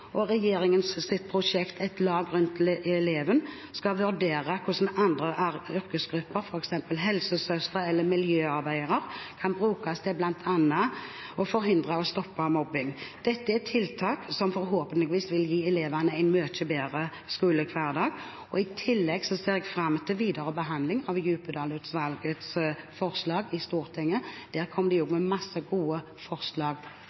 prosjekt Et lag rundt eleven skal vurdere hvordan andre yrkesgrupper, f.eks. helsesøstre eller miljøarbeidere, kan brukes til bl.a. å forhindre og stoppe mobbing. Dette er tiltak som forhåpentligvis vil gi elevene en mye bedre skolehverdag. I tillegg ser jeg fram til videre behandling av Djupedal-utvalgets forslag i Stortinget. Der kommer det mange gode forslag